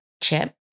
chip